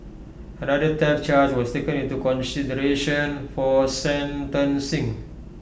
another theft charge was taken into consideration for sentencing